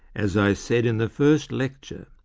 as i said in the first lecture,